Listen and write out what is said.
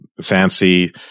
fancy